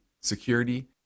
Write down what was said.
security